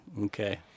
Okay